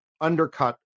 undercut